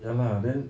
ya lah then